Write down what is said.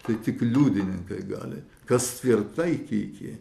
tai tik liudininkai gali kas tvirtai tiki